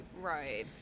right